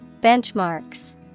Benchmarks